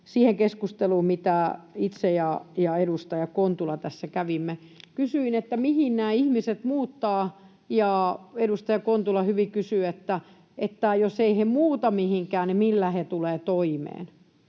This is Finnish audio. siihen keskusteluun, mitä itse ja edustaja Kontula tässä kävimme. Kysyin, mihin nämä ihmiset muuttavat, ja edustaja Kontula hyvin kysyi, että jos he eivät muuta mihinkään, niin millä he tulevat toimeen.